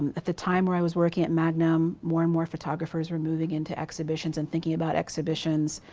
at the time where i was working at magnum more and more photographers were moving into exhibitions and thinking about exhibitions